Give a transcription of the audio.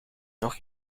nog